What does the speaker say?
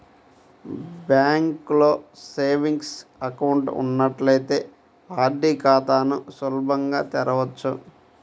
బ్యాంకులో savings account ఉన్నట్లయితే RD ఖాతాని సులభంగా తెరవచ్చు